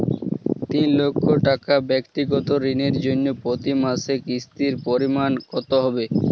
তিন লক্ষ টাকা ব্যাক্তিগত ঋণের জন্য প্রতি মাসে কিস্তির পরিমাণ কত হবে?